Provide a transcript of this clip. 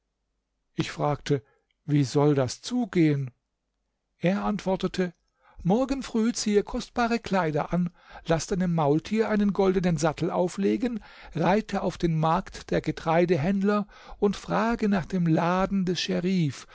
ich fragte wie soll das zugehen er antwortete morgen früh ziehe kostbare kleider an laß deinem maultier einen goldenen sattel auflegen reite auf den markt der getreidehändler und frage nach dem laden des scherif